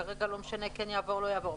כרגע לא משנה כן יעבור לא יעבור,